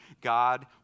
God